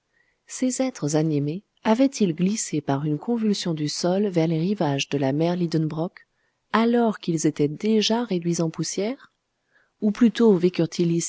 ces êtres animés avaient-ils glissé par une convulsion du sol vers les rivages de la mer lidenbrock alors qu'ils étaient déjà réduits en poussière ou plutôt vécurent ils ici